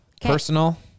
personal